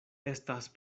estas